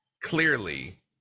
clearly